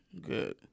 good